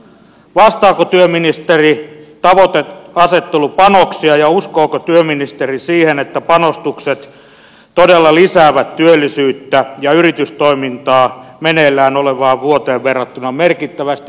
vastaako työministeri tavoiteasettelu panoksia ja uskooko työministeri siihen että panostukset todella lisäävät työllisyyttä ja yritystoimintaa meneillään olevaan vuoteen verrattuna merkittävästi